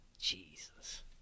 Jesus